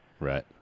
Right